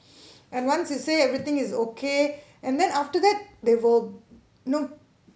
and once you say everything is okay and then after that they will you know